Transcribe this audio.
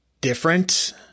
different